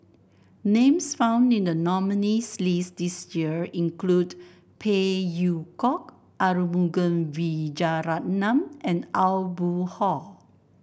names found in the nominees' list this year include Phey Yew Kok Arumugam Vijiaratnam and Aw Boon Haw